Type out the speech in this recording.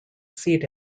seat